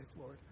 Lord